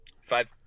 five